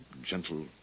gentle